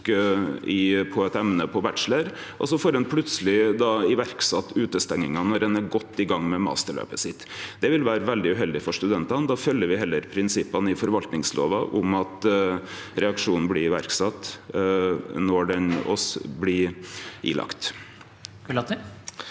i eit emne på bachelor, og så får ein plutseleg iverksett utestenginga når ein er godt i gang med masterløpet sitt, vil det vere veldig uheldig for studentane. Då følgjer me heller prinsippet i forvaltningslova om at reaksjonen blir iverksett når han blir ilagd.